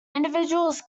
individuals